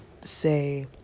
say